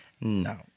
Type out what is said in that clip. no